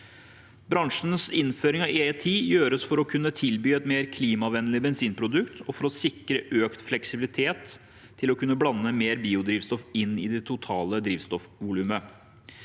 Bransjens innføring av E10 gjøres for å kunne tilby et mer klimavennlig bensinprodukt og for å sikre økt fleksibilitet til å kunne blande mer biodrivstoff inn i det totale drivstoffvolumet.